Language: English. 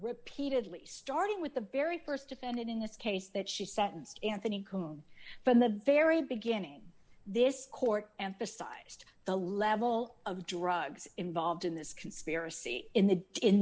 repeatedly starting with the very st defendant in this case that she sentenced anthony kuhn from the very beginning this court emphasized the level of drugs involved in this conspiracy in the in